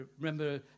remember